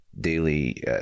daily